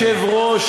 אדוני היושב-ראש,